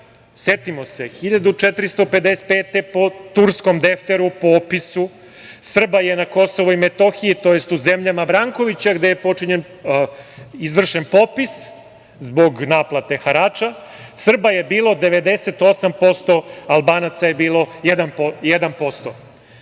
godine, po turskom defteru, po opisu, Srba je na Kosovu i Metohiji, tj. u zemljama Brankovića, gde je izvršen popis zbog naplate harača, Srba je bilo 98%, Albanaca je bilo 1%.